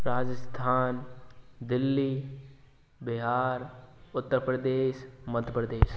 Rajasthan Delhi Bihar Uttar Pradesh Madhya Pradesh